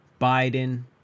biden